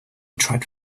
tried